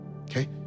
Okay